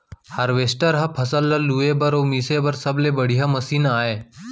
harvester ह फसल ल लूए बर अउ मिसे बर सबले बड़िहा मसीन आय